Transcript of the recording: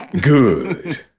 good